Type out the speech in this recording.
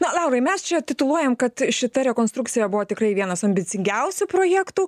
na laurai mes čia tituluojam kad šita rekonstrukcija buvo tikrai vienas ambicingiausių projektų